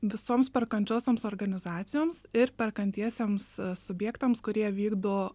visoms perkančiosioms organizacijoms ir perkantiesiems subjektams kurie vykdo